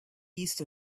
east